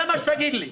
זה מה שתגיד לי.